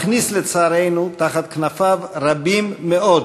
מכניס, לצערנו, תחת כנפיו רבים מאוד,